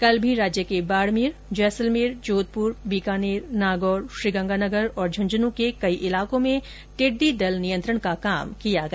कल भी राज्य के बाडमेर जैसलमेर जोधपुर बीकानेर नागौर श्रीगंगानगर और झुन्झुनू के कई इलाकों में टिड्डी दल नियंत्रण किया गया